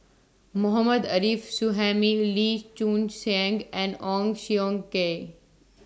Mohammad Arif Suhaimi Lee Choon Seng and Ong Siong Kai